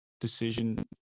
decision